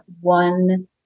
one